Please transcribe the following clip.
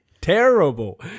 Terrible